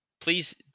please